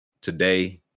today